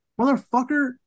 motherfucker